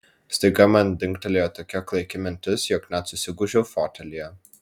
staiga man dingtelėjo tokia klaiki mintis jog net susigūžiau fotelyje